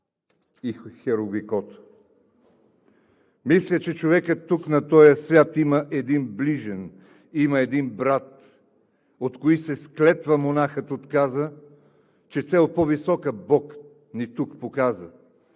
и херувикото. … Мисля, че човекът тук на тоя свят има един ближен, има един брат, от кои се с клетва монахът отказа, че цел по-висока Бог ни тук показа,